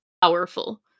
powerful